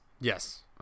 yes